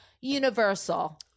universal